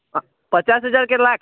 હા પચાસ હજાર કે લાખ